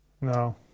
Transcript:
No